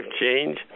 change